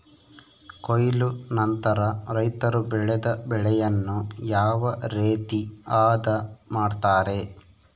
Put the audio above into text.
ಕೊಯ್ಲು ನಂತರ ರೈತರು ಬೆಳೆದ ಬೆಳೆಯನ್ನು ಯಾವ ರೇತಿ ಆದ ಮಾಡ್ತಾರೆ?